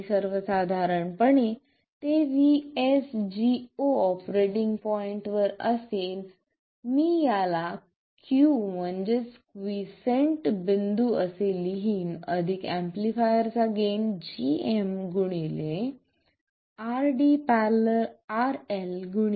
आणि सर्वसाधारणपणे ते VSD0 ऑपरेटिंग पॉईंटवर असेल मी याला Q म्हणजे क्वीसेंट बिंदू असे लिहीण अधिक एम्पलीफायर चा gain gm RD ║ RL vi